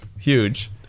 Huge